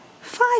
five